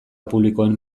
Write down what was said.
publikoen